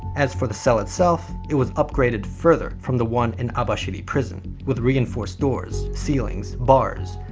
as for the cell itself, it was upgraded further from the one in abashiri prison with reinforced doors, ceilings, bars,